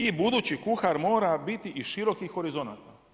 I budući kuhar mora biti i širokih horizonata.